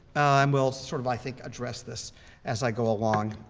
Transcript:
um we'll sort of, i think, address this as i go along